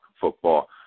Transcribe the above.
football